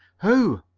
who?